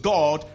God